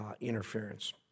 interference